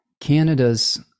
canada's